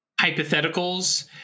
hypotheticals